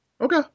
Okay